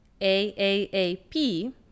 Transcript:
AAAP